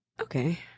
okay